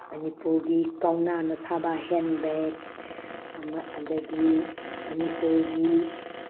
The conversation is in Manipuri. ꯃꯅꯤꯄꯨꯔꯒꯤ ꯀꯧꯅꯥꯅ ꯁꯥꯕ ꯍꯦꯟꯕꯦꯛ ꯑꯃ ꯑꯗꯒꯤ ꯃꯅꯤꯄꯨꯔꯒꯤ ꯈꯨꯠ